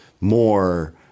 more